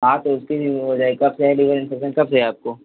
हाँ तो उसकी भी वो हो जाए कब से है लीवर इंफेक्सन कब से है आपको